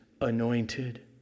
anointed